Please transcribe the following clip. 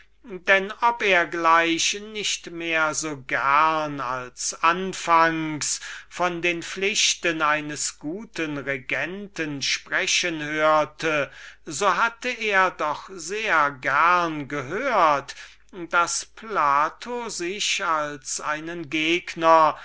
denn ob er gleich nicht mehr so gern als anfangs von den pflichten eines guten regenten sprechen hörte so hatte er doch sehr gerne gehört daß plato sich als einen gegner